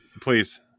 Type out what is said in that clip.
please